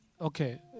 Okay